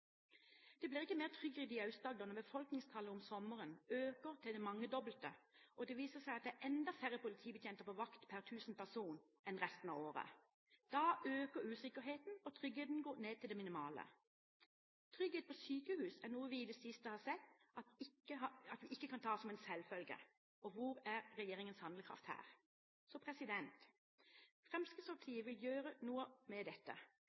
Det blir ikke mer trygghet i Aust-Agder når befolkningstallet om sommeren øker til det mangedobbelte, og det viser seg at det er enda færre politibetjenter på vakt per 1 000 personer enn under resten av året. Da øker usikkerheten, og tryggheten går ned til det minimale. Trygghet på sykehus er noe vi i det siste har sett at vi ikke kan ta som en selvfølge, og hvor er regjeringens handlekraft her? Fremskrittspartiet vil gjøre noe med dette.